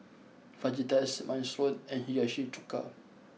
Fajitas Minestrone and Hiyashi Chuka